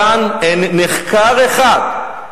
כאן אין נחקר אחד.